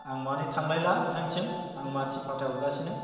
आं माने थांलायला नोंथांनिसिम आं मानसि फाथायहरगासिनो